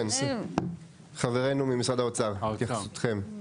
חברינו ממשרד האוצר, התייחסותכם,